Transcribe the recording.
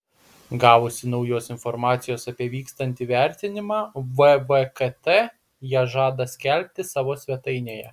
gavusi naujos informacijos apie vykstantį vertinimą vvkt ją žada skelbti savo svetainėje